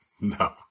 No